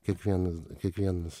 kiekvienas kiekvienas